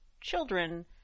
children